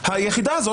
היחידה הזאת,